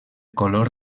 color